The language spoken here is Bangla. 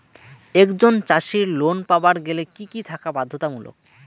একজন চাষীর লোন পাবার গেলে কি কি থাকা বাধ্যতামূলক?